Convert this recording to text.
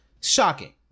shocking